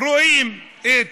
רואים את